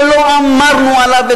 שלא אמרנו עליו,